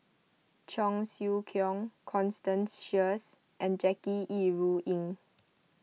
Cheong Siew Keong Constance Sheares and Jackie Yi Ru Ying